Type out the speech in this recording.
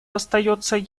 остается